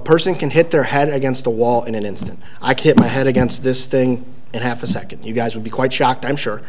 person can hit their head against a wall in an instant i keep my head against this thing and half a second you guys would be quite shocked i'm sure